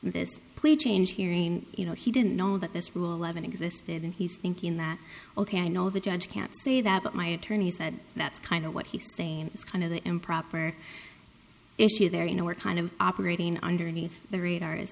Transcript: this please change hearing you know he didn't know that this rule eleven existed and he's thinking that ok i know the judge can't say that but my attorney said that's kind of what he's saying is kind of the improper issue there you know we're kind of operating underneath the ra